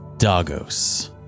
Dagos